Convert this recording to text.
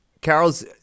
Carol's